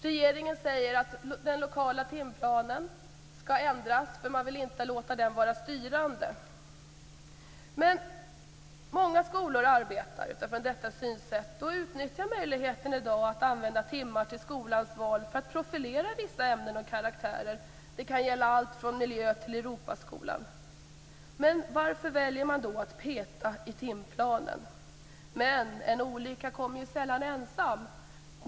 Regeringen säger att den lokala timplanen skall ändras. Man vill nämligen inte låta den vara styrande. Men många skolor arbetar utifrån detta synsätt och utnyttjar i dag möjligheten att använda timmar till skolans val för att profilera vissa ämnen och karaktärer. Det kan gälla allt från miljö till Europaskola. Varför väljer man då att peta i timplanen? En olycka kommer ju sällan ensam.